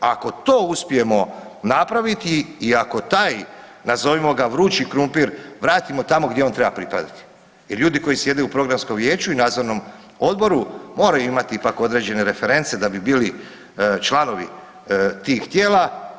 Ako to uspijemo napraviti i ako taj nazovimo ga „vrući krumpir“ vratimo tam gdje on treba pripadati jer ljudi koji sjede u Programskom vijeću i Nadzornom odboru moraju imati ipak određene reference da bi bili članovi tih tijela.